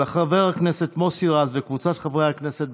של חבר הכנסת מוסי רז וקבוצת חברי הכנסת,